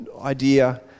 idea